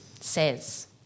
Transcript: says